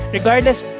Regardless